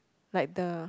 like the